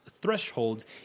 thresholds